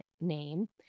name